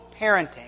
parenting